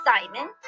Simon